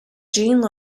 jeanne